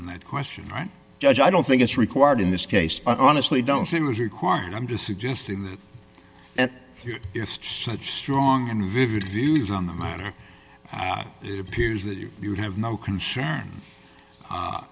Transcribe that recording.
on that question right judge i don't think it's required in this case honestly don't think it was required i'm just suggesting that it's just such strong and vivid views on the minor it appears that you would have no concern